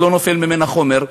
לא נופל ממנה חומר,